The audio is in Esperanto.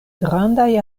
grandaj